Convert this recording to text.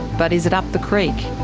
but is it up the creek?